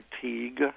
fatigue